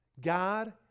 God